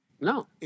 No